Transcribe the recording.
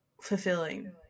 fulfilling